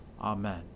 Amen